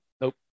Nope